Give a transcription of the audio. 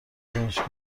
دانشگاه